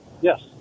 Yes